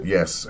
Yes